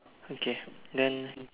okay then